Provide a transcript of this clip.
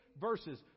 verses